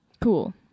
Cool